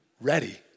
ready